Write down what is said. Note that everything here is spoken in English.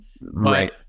right